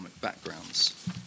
backgrounds